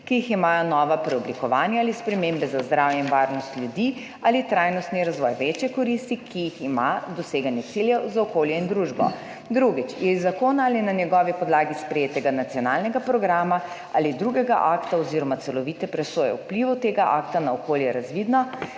ki jih imajo nova preoblikovanja ali spremembe za zdravje in varnost ljudi ali trajnostni razvoj, večje od koristi, ki jih ima doseganje ciljev za okolje in družbo. Drugič: je iz zakona ali na njegovi podlagi sprejetega nacionalnega programa ali drugega akta oziroma celovite presoje vplivov tega akta na okolje razvidno,